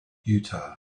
utah